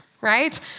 right